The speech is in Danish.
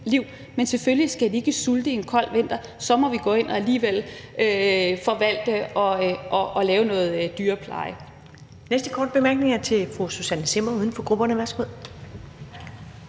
liv. Men selvfølgelig skal de ikke sulte i en kold vinter; så må vi alligevel gå ind og forvalte og lave noget dyrepleje.